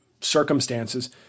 circumstances